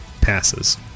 passes